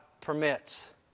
permits